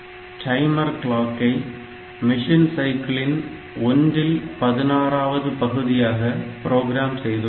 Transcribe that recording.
timer clock ஐ machine சைக்கிளின் ஒன்றில் பதினாறாவது பகுதியாக ப்ரோக்ராம் செய்துகொள்ளலாம்